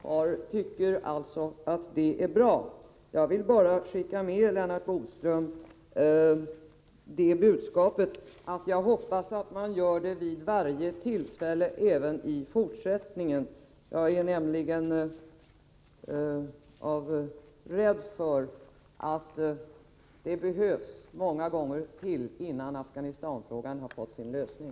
Herr talman! Jag tycker att det är bra. Jag vill bara skicka med Lennart Bodström det budskapet att jag hoppas att man gör det vid varje tillfälle även i fortsättningen. Jag är nämligen rädd för att det kommer att behövas många gånger till innan Afghanistanfrågan fått sin lösning.